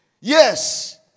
Yes